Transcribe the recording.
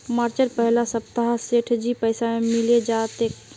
मार्चेर पहला सप्ताहत सेठजीक पैसा मिले जा तेक